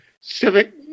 civic